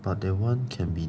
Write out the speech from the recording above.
but that [one] can be